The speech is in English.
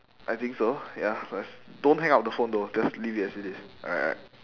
I think so ya just don't hang up the phone though just leave it as it is alright alright